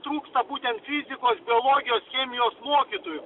trūksta būtent fizikos biologijos chemijos mokytojų